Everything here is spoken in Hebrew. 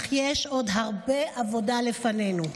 אך יש עוד הרבה עבודה לפנינו.